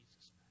Jesus